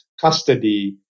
custody